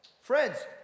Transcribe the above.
friends